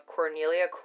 Cornelia